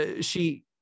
she-